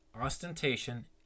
ostentation